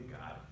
God